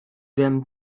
them